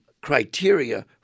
criteria